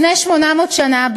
לפני 800 שנה,